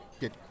get